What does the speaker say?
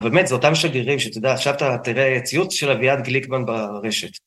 באמת זה אותם שגרירים שאתה יודע, עכשיו אתה תראה ציוץ של אביעד גליקמן ברשת.